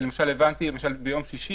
הבנתי ביום שישי